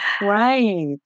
Right